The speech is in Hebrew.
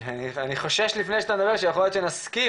אני חושש לפני שאתה מדבר שיכול להיות שנסכים,